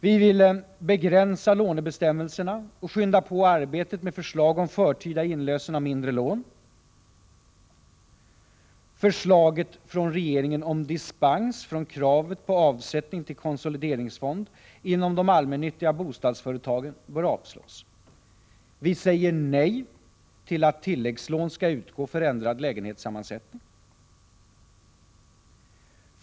Vi vill begränsa lånebestämmelserna och skynda på arbetet med förslag om förtida inlösen av mindre lån. Förslaget från regeringen om dispens från kravet på avsättning till konsolideringsfond inom de allmännyttiga bostadsföretagen bör avslås. Vi säger nej till att tilläggslån skall utgå för ändrad lägenhetssammansättning.